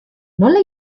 nola